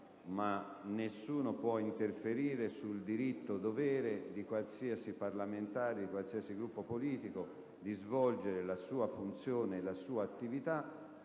ma nessuno può interferire nel diritto-dovere di qualsiasi parlamentare di qualsiasi Gruppo politico di svolgere la sua funzione e la sua attività,